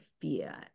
fear